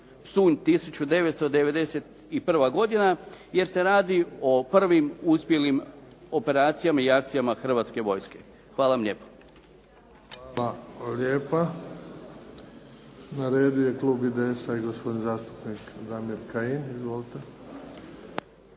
Psunj 1991." jer se radi o prvim uspjelim operacijama i akcijama Hrvatske vojske. Hvala vam lijepo. **Bebić, Luka (HDZ)** Hvala lijepa. Na redu je klub IDS-a i gospodin zastupnik Damir Kajin. Izvolite.